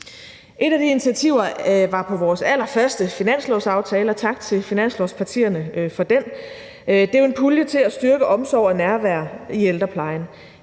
Et af de initiativer på vores allerførste finanslovsaftale – og tak til finanslovspartierne for det – var en pulje til at styrke omsorg og nærvær i ældreplejen.